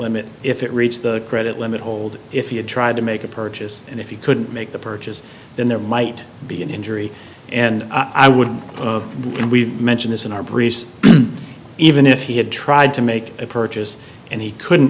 limit if it reached the credit limit hold if you tried to make a purchase and if you could make the purchase then there might be an injury and i would and we've mentioned this in our briefs even if he had tried to make a purchase and he couldn't